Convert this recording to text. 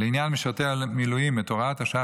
לעניין משרתי המילואים את הוראת השעה